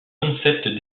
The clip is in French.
concepts